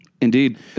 Indeed